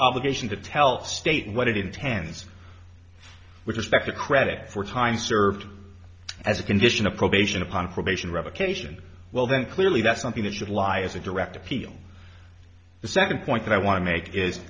obligation to tell state what it intends which expect a credit for time served as a condition of probation upon probation revocation well then clearly that's something that should lie as a direct appeal the second point that i want to make is